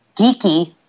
geeky